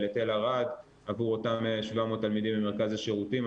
ערד עבור אותם 700 תלמידים ממרכז השירותים,